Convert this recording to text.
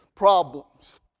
problems